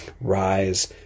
rise